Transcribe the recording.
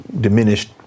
diminished